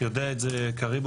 יודע את זה קריבו,